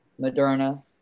Moderna